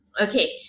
Okay